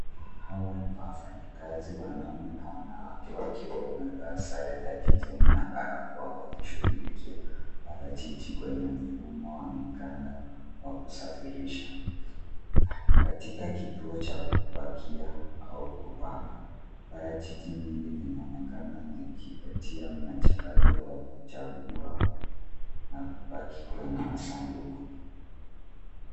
Hawa ni wafanyikazi wanaume na wanawake wakiwa wamevaa sare za kijani na barakoa wakishughulikia parachichi kwenye mfumo wa mikanda wa kusafirisha. Katika kituo cha kupakia au kupanga. Parachichi nyingi zinaonekana zikipitia mchakato wa kuchagua na kupaki kwenye masanduku.